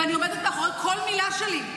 ואני עומדת מאחורי כל מילה שלי,